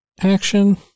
action